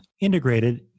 integrated